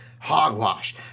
hogwash